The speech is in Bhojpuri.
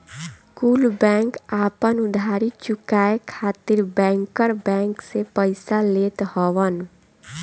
कुल बैंक आपन उधारी चुकाए खातिर बैंकर बैंक से पइसा लेत हवन